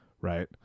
Right